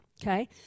Okay